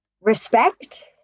respect